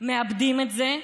מאבדים את זה,